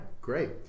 great